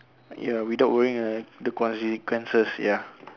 ya without worrying like the consequences ya